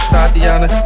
Tatiana